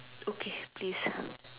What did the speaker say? okay please